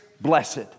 blessed